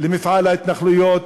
למפעל ההתנחלויות,